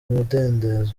mudendezo